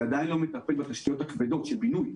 זה עדיין לא מטפל בתשתיות הכבדות של בינוי,